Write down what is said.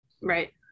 Right